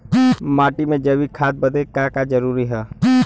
माटी में जैविक खाद बदे का का जरूरी ह?